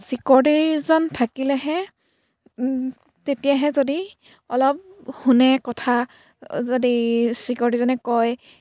ছিকৰটিজন থাকিলেহে তেতিয়াহে যদি অলপ শুনে কথা যদি ছিকৰিটিজনে কয়